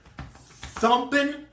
thumping